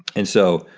and so,